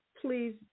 Please